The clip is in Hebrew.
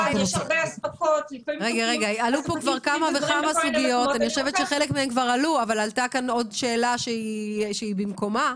עלתה כאן עוד שאלה שהיא במקומה,